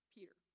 Peter